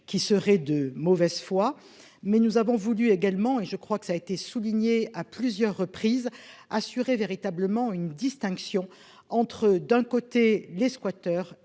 qui serait de mauvaise foi mais nous avons voulu également et je crois que ça a été souligné à plusieurs reprises assuré véritablement une distinction entre d'un côté les squatteurs